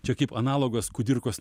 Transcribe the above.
čia kaip analogas kudirkos